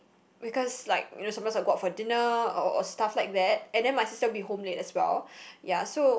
because like you know sometimes I go out for dinner or or stuff like that and then my sister will be home late as well ya so